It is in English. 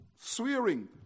Swearing